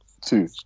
two